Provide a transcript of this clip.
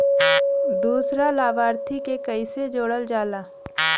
दूसरा लाभार्थी के कैसे जोड़ल जाला?